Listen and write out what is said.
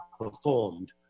performed